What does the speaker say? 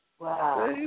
Wow